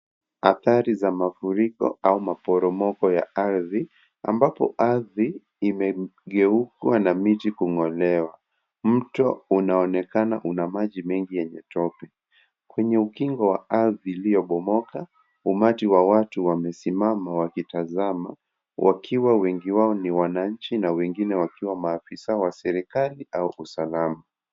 Atahri za mafurikoa u maporomoko ya ardhi ambapo ardhi imegeuzwa na miti mto unaonekana una maji mengi yeenye tope kwenye ukingo wa ardhi iliyopomoka umati wa watu wamesimama wakitazama wakiwa wengi wao ni wananchi na maafisa wa serikali au usalama.